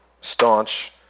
staunch